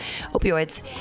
opioids